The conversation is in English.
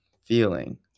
feeling